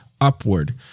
upward